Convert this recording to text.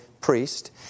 priest